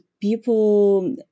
people